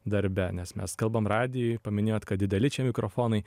darbe nes mes kalbam radijuj paminėjot kad dideli čia mikrofonai